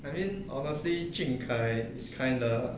I mean honestly jun kai is kind a